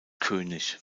könig